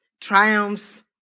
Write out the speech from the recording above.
triumphs